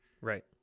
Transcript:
Right